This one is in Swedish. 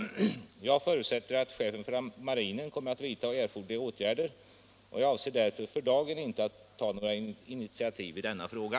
Jag förutsätter att chefen för marinen kommer att vidta erforderliga åtgärder och jag avser därför inte för dagen att ta några initiativ i denna fråga.